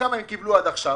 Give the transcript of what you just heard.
כמה הם קיבלו עד עכשיו?